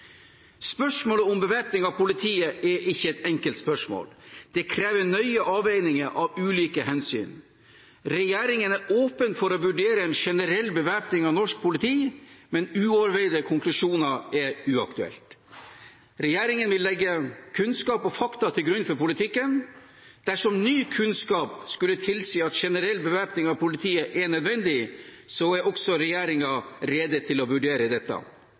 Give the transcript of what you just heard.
Spørsmålet om bevæpning av politiet er ikke et enkelt spørsmål. Det krever nøye avveininger av ulike hensyn. Regjeringen er åpen for å vurdere en generell bevæpning av norsk politi, men uoverveide konklusjoner er uaktuelt. Regjeringen vil legge kunnskap og fakta til grunn for politikken. Dersom ny kunnskap skulle tilsi at generell bevæpning av politiet er nødvendig, er også regjeringen rede til å vurdere dette.